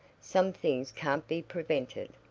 some things can't be prevented.